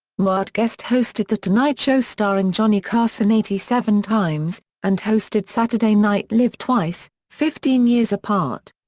newhart guest-hosted the tonight show starring johnny carson eighty seven times, and hosted saturday night live twice, fifteen years apart.